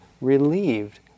relieved